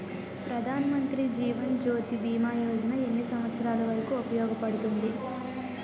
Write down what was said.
ప్రధాన్ మంత్రి జీవన్ జ్యోతి భీమా యోజన ఎన్ని సంవత్సారాలు వరకు ఉపయోగపడుతుంది?